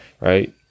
right